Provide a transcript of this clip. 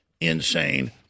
insane